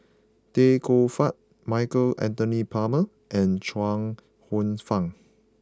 Tay Koh Yat Michael Anthony Palmer and Chuang Hsueh Fang